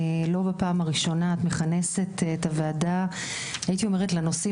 לא בפעם הראשונה את מכנסת את הוועדה לדיון בנושאים